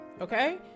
Okay